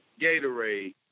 Gatorade